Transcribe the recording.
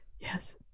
Yes